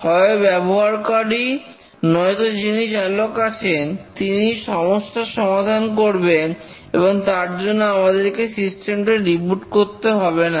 হয় ব্যবহারকারী নয়তো যিনি চালক আছেন তিনিই সমস্যার সমাধান করবেন এবং তার জন্য আমাদেরকে সিস্টেমটা রিবুট করতে হবে না